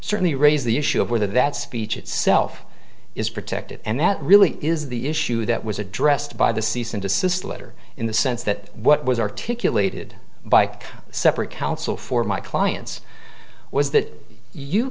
certainly raise the issue of whether that speech itself is protected and that really is the issue that was addressed by the cease and desist letter in the sense that what was articulated by separate counsel for my clients was that you